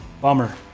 Bummer